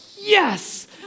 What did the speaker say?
Yes